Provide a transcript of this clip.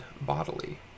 bodily